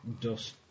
dust